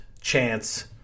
chance